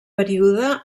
període